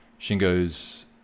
Shingo's